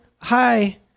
Hi